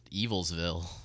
Evil'sville